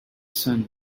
sun